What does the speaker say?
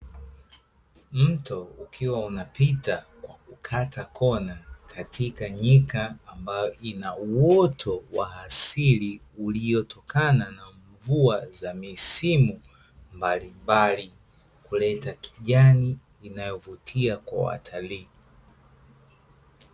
Mto ukiwa unapita kwa kukata kona katika nyika, ambayo ina uoto wa asili, uliotokana na mvua za misimu mbalimbali, kuleta kijani inayovutia kwa watalii.